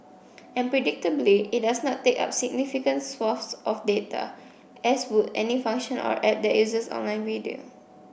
and predictably it does take up significant swathes of data as would any function or app that uses online video